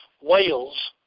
Wales